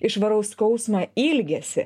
išvarau skausmą ilgesį